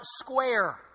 square